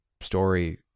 story